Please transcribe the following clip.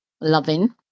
loving